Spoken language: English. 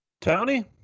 Tony